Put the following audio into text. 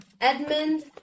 Edmund